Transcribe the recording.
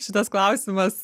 šitas klausimas